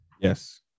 Yes